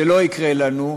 זה לא יקרה לנו,